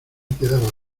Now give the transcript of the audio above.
quedaba